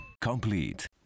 Complete